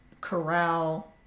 corral